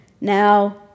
Now